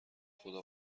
خدا